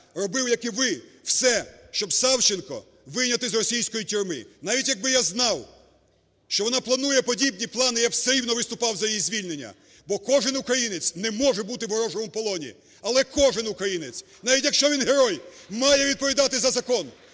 робив, як і ви, все, щоб Савченко вийняти з російської тюрми. Навіть якби я знав, що вона планує подібні плани, я б все рівно виступав за її звільнення, бо кожен українець не може бути у ворожому полоні, але кожен українець, навіть якщо він герой, має відповідати за закон.